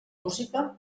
música